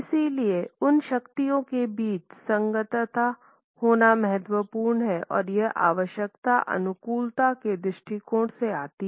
इसलिए उन शक्तियों के बीच संगतता होना महत्वपूर्ण है और यह आवश्यकता अनुकूलता के दृष्टिकोण से आती है